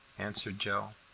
answered joe.